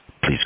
Please